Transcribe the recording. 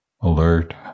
alert